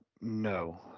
No